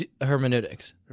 hermeneutics